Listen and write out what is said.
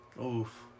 Oof